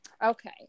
Okay